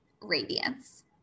radiance